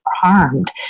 harmed